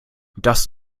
das